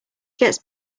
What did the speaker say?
gets